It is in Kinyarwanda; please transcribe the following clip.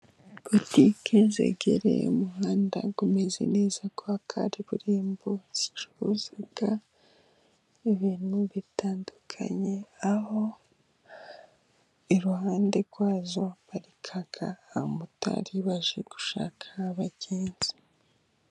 Butike zegereye umuhanda, umeze neza wa kaburimbo, zicuruza ibintu bitandukanye, aho iruhande rwazo haparika abamotari baje gushaka abagenzi.